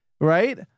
right